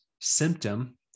symptom